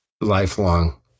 lifelong